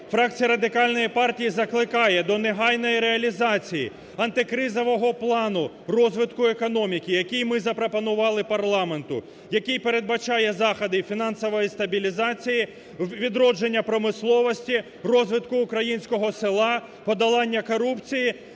Фракція Радикальної партії закликає до негайної реалізації антикризового плану розвитку економіки, який ми запропонували парламенту, який передбачає заходи фінансової стабілізації, відродження промисловості, розвитку українського села, подолання корупції